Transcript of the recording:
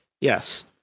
yes